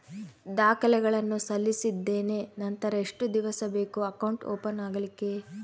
ದಾಖಲೆಗಳನ್ನು ಸಲ್ಲಿಸಿದ್ದೇನೆ ನಂತರ ಎಷ್ಟು ದಿವಸ ಬೇಕು ಅಕೌಂಟ್ ಓಪನ್ ಆಗಲಿಕ್ಕೆ?